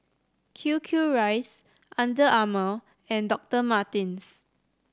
Q Q Rice Under Armour and Doctor Martens